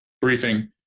briefing